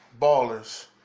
ballers